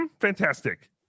fantastic